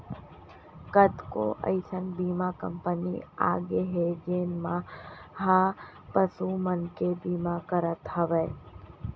कतको अइसन बीमा कंपनी आगे हे जेन मन ह पसु मन के बीमा करत हवय